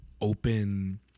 open